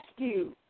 rescue